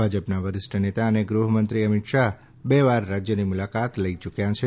ભાજપના વરિષ્ઠ નેતા અને ગૃહમંત્રી અમિત શાહ બે વાર રાજ્યની મુલાકાત લઇ યુક્યા છે